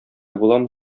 буламы